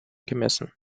gemessen